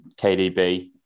KDB